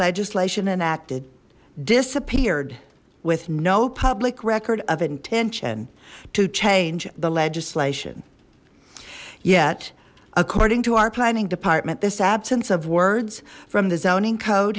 legislation enacted disappeared with no public record of intention to change the legislation yet according to our planning department this absence of words from the zoning code